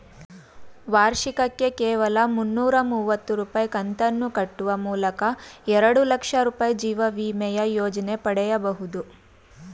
ವಾರ್ಷಿಕಕ್ಕೆ ಕೇವಲ ಮುನ್ನೂರ ಮುವತ್ತು ರೂ ಕಂತನ್ನು ಕಟ್ಟುವ ಮೂಲಕ ಎರಡುಲಕ್ಷ ರೂ ಜೀವವಿಮೆಯ ಯೋಜ್ನ ಪಡೆಯಬಹುದು